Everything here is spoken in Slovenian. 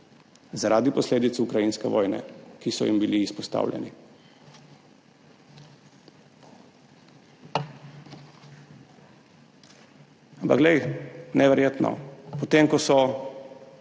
zaradi posledic ukrajinske vojne, ki so jim bili izpostavljeni. Ampak glej, neverjetno, potem ko so